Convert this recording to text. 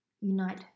unite